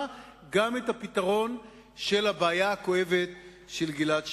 גם את הפתרון של הבעיה הכואבת של גלעד שליט.